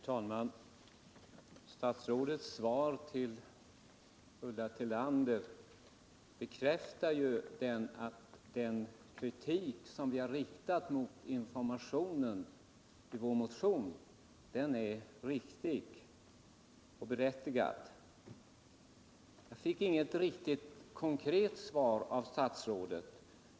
Herr talman! Statsrådets svar till Ulla Tillander bekräftar att den kritik som vi i vår motion har riktat mot informationen i abortfrågor är riktig och berättigad. Jag fick inget riktigt konkret svar av statsrådet.